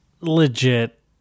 legit